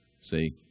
See